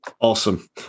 awesome